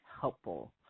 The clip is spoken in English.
helpful